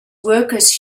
workers